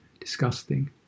disgusting